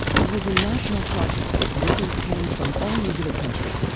it was a national project. workers came from all over the country.